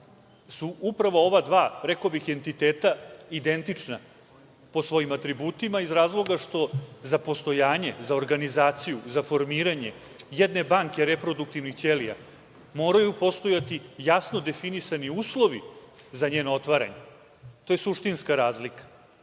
su upravo ova dva, rekao bih, entiteta identična po svojim atributima iz razloga što za postojanje, za organizaciju, za formiranje jedne banke reproduktivnih ćelija moraju postojati jasno definisani uslovi za njenog otvaranje. To je suštinska razlika.